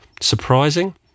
Surprising